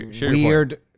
weird